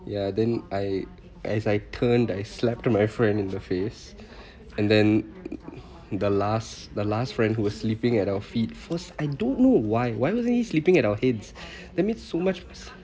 ya then I as I turned I slapped on my friend in the face and then the last the last friend who was sleeping at our feet first I don't know why why would they sleeping at our heads that means so much